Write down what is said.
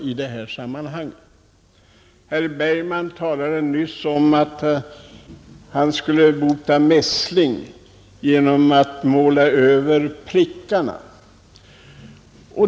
Herr Bergman talade nyss om att bota mässling genom att måla över prickarna.